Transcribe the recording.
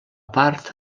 part